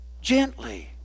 Gently